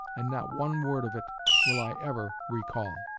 and not one word of it will i ever recall.